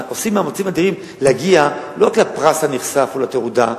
עושים מאמצים אדירים להגיע לא אל הפרס הנכסף או לתעודה,